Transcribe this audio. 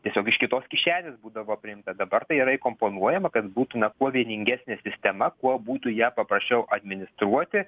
tiesiog iš kitos kišenės būdavo priimta dabar tai yra įkomponuojama kad būtų na kuo vieningesnė sistema kuo būtų ją paprasčiau administruoti